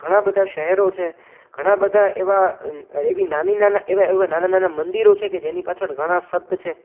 ઘણા બધા શહેરો છે ઘણા બધા એવા એવી નાની નાની એવા નાના નાના મંદિરો છે કે જેની પાછળ ઘણા સંત છે